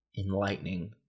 enlightening